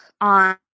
on